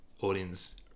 audience